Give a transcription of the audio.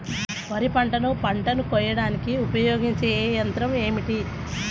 వరిపంటను పంటను కోయడానికి ఉపయోగించే ఏ యంత్రం ఏమిటి?